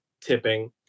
tipping